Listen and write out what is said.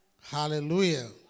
Hallelujah